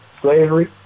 slavery